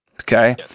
Okay